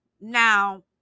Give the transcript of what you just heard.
Now